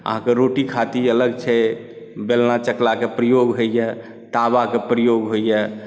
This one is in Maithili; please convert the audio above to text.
अहाँकेँ रोटी खातिर अलग छै बेलना चकलाके प्रयोग होइए तावाके प्रयोग होइए